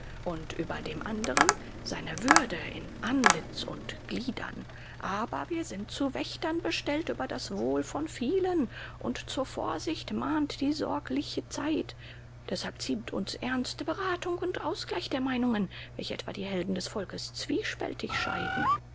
und über dem anderen seine würde in antlitz und gliedern aber wir sind zu wächtern bestellt über das wohl von vielen und zur vorsicht mahnt die sorgliche zeit deshalb ziemt uns ernste beratung und ausgleich der meinungen welche etwa die helden des volkes zwiespältig scheiden